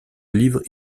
livre